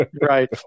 Right